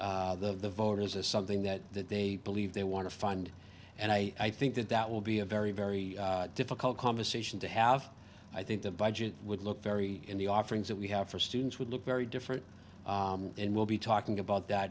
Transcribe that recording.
the voters as something that that they believe they want to find and i think that that will be a very very difficult conversation to have i think the vijayan would look very in the offerings that we have for students would look very different and we'll be talking about that